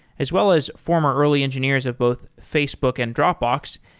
as well as former early engineers of both facebook and dropbox,